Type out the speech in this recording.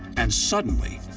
and suddenly,